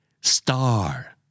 Star